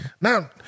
Now